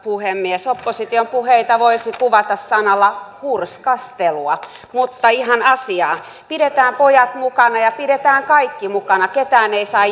puhemies opposition puheita voisi kuvata sanalla hurskastelua mutta ihan asiaan pidetään pojat mukana ja pidetään kaikki mukana ketään ei saa